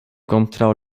kontraŭ